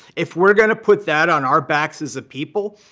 if we're going to put that on our backs as a people,